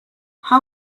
how